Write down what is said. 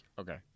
Okay